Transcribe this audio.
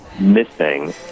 Missing